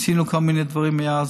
עשינו כל מיני דברים מאז,